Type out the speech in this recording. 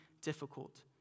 difficult